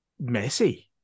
messy